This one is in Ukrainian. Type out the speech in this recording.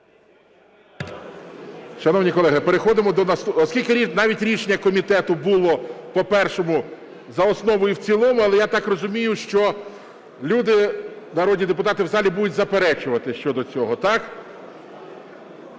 Шановні колеги, переходимо до… Оскільки навіть рішення комітету було по першому за основу і в цілому, але я так розумію, що люди, народні депутати в залі будуть заперечувати щодо цього. Так?